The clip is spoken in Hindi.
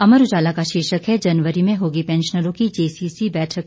अमर उजाला का शीर्षक है जनवरी में होगी पैंशनरों की जेसीसी बैठक